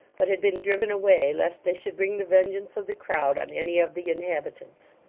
but had been driven away, lest they should bring the vengeance of the crowd on any of the inhabitants.